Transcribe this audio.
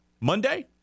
Monday